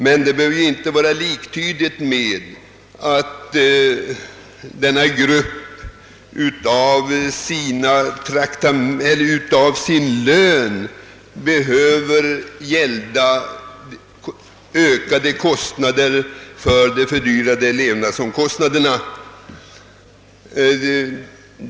Men det behöver ju inte vara liktydigt med att denna grupp av sin lön behöver gälda ökade kostnader på grund av de fördyrade levnadsomkostnaderna.